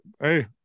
Hey